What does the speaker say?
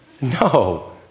no